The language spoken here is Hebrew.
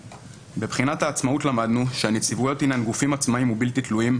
בבחינת העצמאות למדנו שהנציבויות הן גופים עצמאיים ובלתי תלויים,